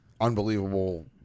unbelievable